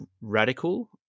radical